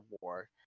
war